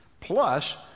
Plus